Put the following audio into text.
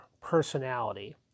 personality